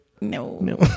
no